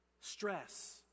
stress